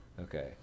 Okay